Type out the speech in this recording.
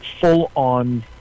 full-on